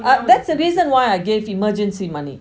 uh that's the reason why I gave emergency money